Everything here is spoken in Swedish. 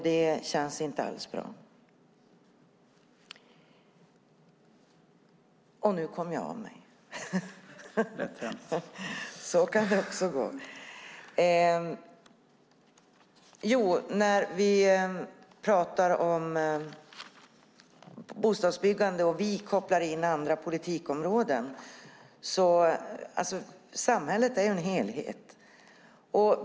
Det känns inte alls bra. Vi pratar om bostadsbyggande och kopplar in andra politikområden, för samhället är en helhet.